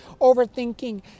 overthinking